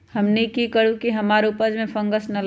हमनी की करू की हमार उपज में फंगस ना लगे?